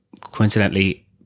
Coincidentally